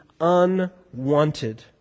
unwanted